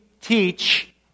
teach